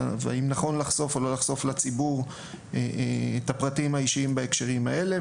והאם נכון או לא נכון לחשוף לציבור את הפרטים האישיים בהקשרים האלה.